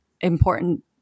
important